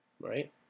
right